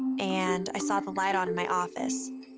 and i saw the light on in my office.